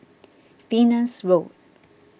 Venus Road